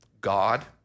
God